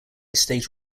state